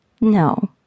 No